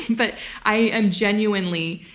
but i am genuinely,